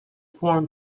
form